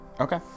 Okay